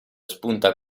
spunta